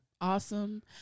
Awesome